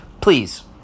please